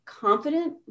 confident